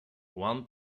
one